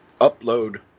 upload